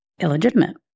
illegitimate